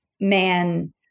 man